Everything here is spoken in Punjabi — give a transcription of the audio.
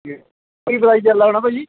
ਜੀ ਕੀ ਪ੍ਰਾਈਜ਼ ਚਲਦਾ ਹੋਣਾ ਭਾਅ ਜੀ